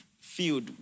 field